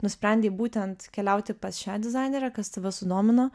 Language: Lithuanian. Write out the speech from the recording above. nusprendei būtent keliauti pas šią dizainerę kas tave sudomino